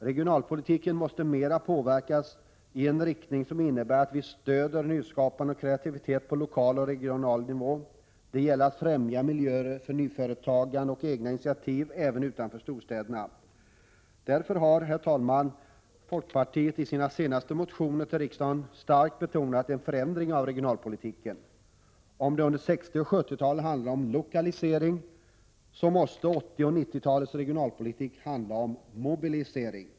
Regionalpolitik måste mera påverkas i en riktning som innebär att vi stödjer nyskapande och kreativitet på lokal och regional nivå. Det gäller att främja miljöer för nyföretagande och egna initiativ även utanför storstäderna. Därför har, herr talman, folkpartiet i sina senaste motioner till riksdagen starkt betonat en förändring av regionalpolitiken. Om det under 60 och 70-talet handlade om lokalisering måste 80 och 90-talets regionalpolitik handla om mobilisering.